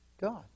God